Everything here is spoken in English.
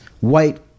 white